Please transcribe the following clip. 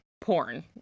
porn